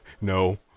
No